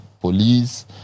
police